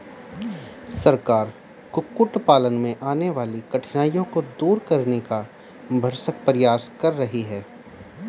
सरकार कुक्कुट पालन में आने वाली कठिनाइयों को दूर करने का भरसक प्रयास कर रही है